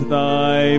Thy